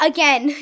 Again